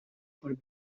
for